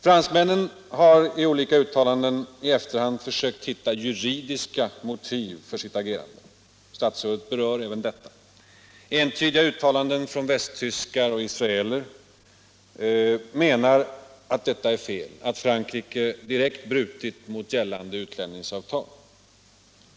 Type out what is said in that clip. Fransmännen har i olika uttalanden i efterhand försökt hitta juridiska motiv för sitt agerande. Statsrådet berör även detta. Entydiga uttalanden av västtyskar och israeler hävdar att det är fel och att Frankrike direkt brutit mot gällande utlämningsavtal.